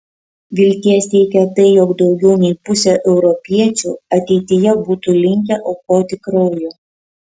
vilties teikia tai jog daugiau nei pusė europiečių ateityje būtų linkę aukoti kraujo